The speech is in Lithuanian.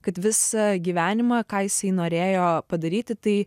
kad visą gyvenimą ką jisai norėjo padaryti tai